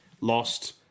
lost